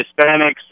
Hispanics